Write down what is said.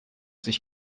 sich